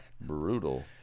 brutal